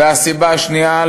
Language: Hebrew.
והסיבה השנייה,